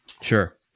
Sure